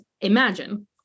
imagine